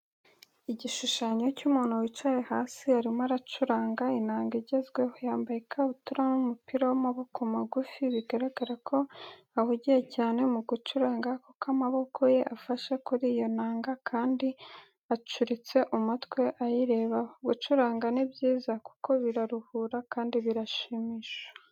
Igishushanyo cy'umuntu wicaye hasi, arimo aracuranga inanga igezweho, yambaye ikabutura n'umupira w'amaboko magufi, bigaragara ko ahugiye cyane mu gucuranga kuko amaboko ye afashe kuri iyo nanga kandi acuritse umutwe ayirebaho. Gucuranga ni byiza kuko biraruhura, kandi birashimisha.